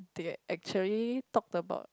they actually talked about